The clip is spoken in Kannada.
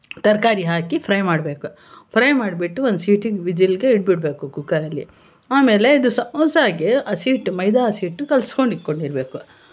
ತರಕಾರಿ ಹಾಕಿ ಫ್ರೈ ಮಾಡಬೇಕು ಫ್ರೈ ಮಾಡಿಬಿಟ್ಟು ಒಂದು ಸೀಟಿ ವಿಝಲ್ಗೆ ಇಟ್ಬಿಡ್ಬೇಕು ಕುಕ್ಕರಲ್ಲಿ ಆಮೇಲೆ ಇದು ಸಮೋಸಾಗೆ ಹಸಿಹಿಟ್ಟು ಮೈದಾ ಹಸಿಹಿಟ್ಟು ಕಲ್ಸ್ಕೊಂಡು ಇಕ್ಕೊಂಡಿರ್ಬೇಕು